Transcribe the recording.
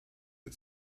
had